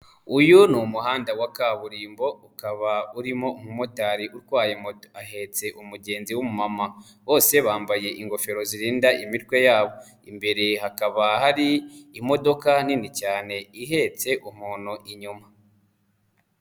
Uyu ni umuhanda wa kaburimbo ukaba urimo umumotari utwaye moto, ahetse umugenzi w'umumama bose bambaye ingofero zirinda imitwe yabo, imbere hakaba hari imodoka nini cyane ihetse umuntu inyuma.